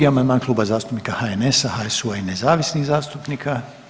22. amandman, Kluba zastupnika HNS-a, HSU-a i nezavisnih zastupnika.